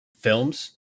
films